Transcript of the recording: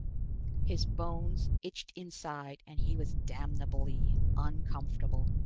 his bones itched inside and he was damnably uncomfortable,